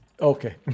okay